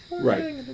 Right